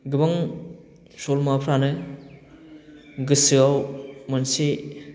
गोबां सल'माफ्रानो गोसोआव मोनसे